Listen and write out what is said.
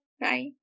bye